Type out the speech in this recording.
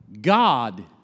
God